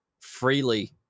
freely